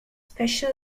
special